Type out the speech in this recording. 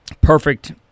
perfect